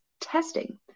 testing